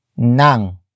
nang